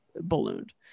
ballooned